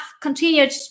continued